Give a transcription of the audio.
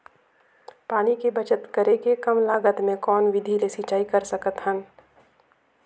पानी के बचत करेके कम लागत मे कौन विधि ले सिंचाई कर सकत हन?